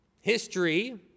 History